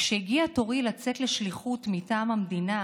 כשהגיע תורי לצאת לשליחות מטעם המדינה